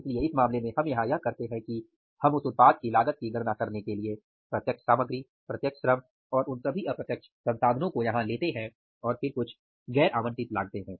इसलिए इस मामले में हम यहां यह करते हैं कि हम उस उत्पाद की लागत की गणना करने के लिए प्रत्यक्ष सामग्री प्रत्यक्ष श्रम और उन सभी अप्रत्यक्ष संसाधनों को यहाँ लेते हैं और फिर कुछ गैर आवंटित लागतें हैं